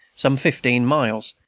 some fifteen miles,